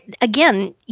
Again